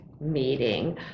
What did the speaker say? meeting